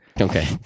Okay